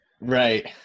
right